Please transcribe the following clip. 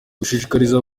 gushishikariza